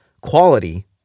quality